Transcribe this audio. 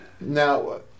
Now